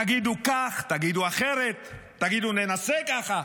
תגידו כך, תגידו אחרת, תגידו: ננסה ככה,